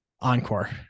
Encore